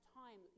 time